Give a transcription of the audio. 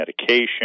medication